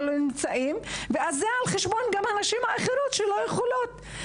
אז זה על חשבון נשים אחרות שלא יכולות.